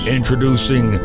Introducing